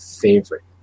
favorite